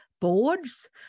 boards